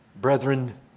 Brethren